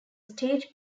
stage